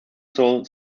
soll